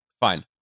Fine